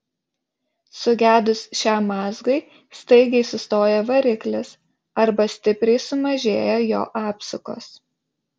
sugedus šiam mazgui staigiai sustoja variklis arba stipriai sumažėja jo apsukos